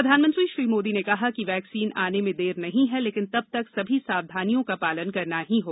प्रधानमंत्री श्री मोदी ने कहा कि वैक्सीन आने में देर नहीं है लेकिन तब तक सभी सावधानियों का पालन करना ही है